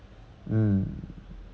mm